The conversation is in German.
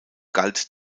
galt